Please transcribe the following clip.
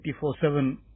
24-7